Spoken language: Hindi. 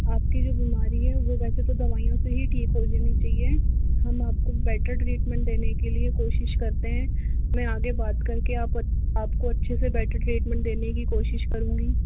आपकी जो बीमारी है वो वैसे तो दवाइयों से ही ठीक हो जानी चाहिए हम आपको बेटर ट्रीटमेंट देने के लिए कोशिश करते हैं मैं आगे बात करके आप आपको अच्छे से बेटर ट्रीटमेंट देने की कोशिश करूँगी